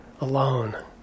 alone